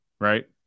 right